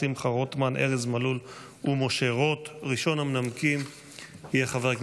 מסמכים שהונחו על שולחן הכנסת 4 מזכיר הכנסת דן מרזוק: 4 הצעות